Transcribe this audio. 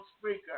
speaker